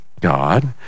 God